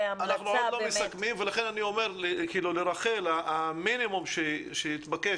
אני אומר לרחל שהמינימום שהתבקש,